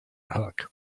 hook